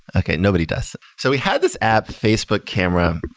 okay. nobody does. so we had this app, facebook camera.